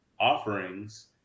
offerings